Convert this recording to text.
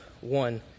one